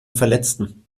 verletzten